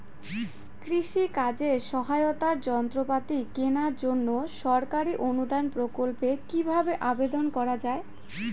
কৃষি কাজে সহায়তার যন্ত্রপাতি কেনার জন্য সরকারি অনুদান প্রকল্পে কীভাবে আবেদন করা য়ায়?